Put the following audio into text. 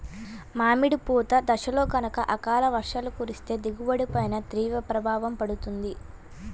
మామిడి పూత దశలో గనక అకాల వర్షాలు కురిస్తే దిగుబడి పైన తీవ్ర ప్రభావం పడుతుంది